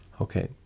Okay